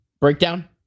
breakdown